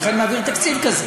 איך אני מעביר תקציב כזה.